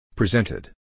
Presented